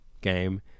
game